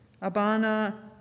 Abana